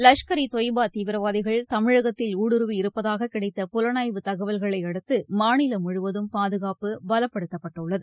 லஷ்கர் இ தொய்பா தீவிரவாதிகள் தமிழகத்தில் ஊடுருவி இருப்பதாக கிடைத்த புலனாய்வு தகவல்களையடுத்து மாநிலம் முழுவதும் பாதுகாப்பு பலப்படுத்தப்பட்டுள்ளது